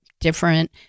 different